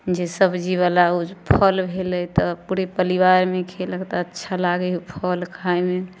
जे सब्जी बला ओ फल भेलै तऽ पुरे परिवारमे खेलक तऽ अच्छा लागै हइ ओ फल खायमे